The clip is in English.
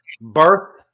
Birth